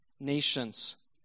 nations